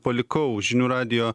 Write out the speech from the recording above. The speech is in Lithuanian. palikau žinių radijo